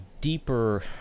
deeper